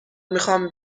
میخام